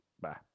Bye